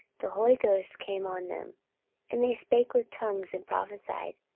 the holy ghost came on them and they spake with tongues, and prophesied.